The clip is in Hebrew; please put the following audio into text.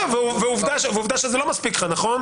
ועובדה שזה לא מספיק לך, נכון?